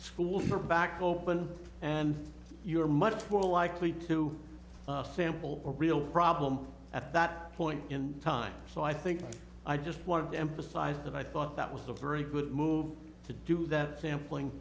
schools are back open and you're much more likely to sample real problem at that point in time so i think i just want to emphasize that i thought that was a very good move to do that sampling